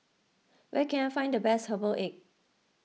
where can I find the best Herbal Egg